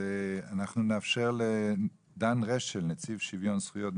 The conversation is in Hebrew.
אנחנו נאפשר לדן רשל, נציב שוויון זכויות,